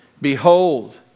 Behold